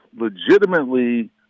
legitimately